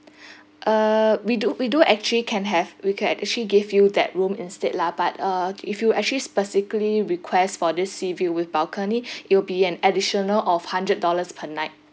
uh we do we do actually can have we can actually give you that room instead lah but uh if you actually specifically request for this sea view with balcony it'll be an additional of hundred dollars per night